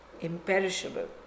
Imperishable